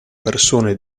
persone